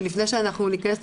ולפני שאנחנו ניכנס,